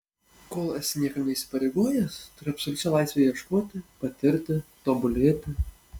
kol esi niekam neįsipareigojęs turi absoliučią laisvę ieškoti patirti tobulėti